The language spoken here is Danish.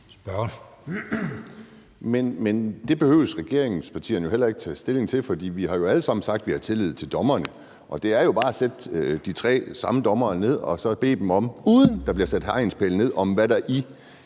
(NB): Men det behøver regeringspartierne heller ikke at tage stilling til, for vi har jo alle sammen sagt, at vi har tillid til dommerne. Så det er bare at sætte de tre samme dommere ned og bede dem om at undersøge sagen, uden at der